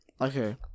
Okay